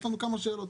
יש לנו כמה שאלות.